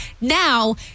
Now